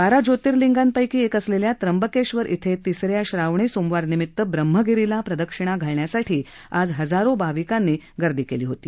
बारा ज्योतिर्लिंगांपैकी एक असलेल्या त्र्यंबकेश्वर इथं तिसऱ्या श्रावणी सोमवार निमित ब्रह्मगिरीला प्रदक्षिणा घालण्यासाठी आज हजारो भविकांनी गर्दी केली होती